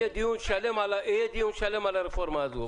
יהיה דיון שלם על הרפורמה הזאת.